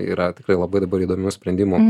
yra tikrai labai dabar įdomių sprendimų